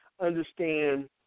understand